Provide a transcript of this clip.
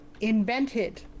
invented